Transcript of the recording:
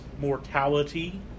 mortality